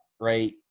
Right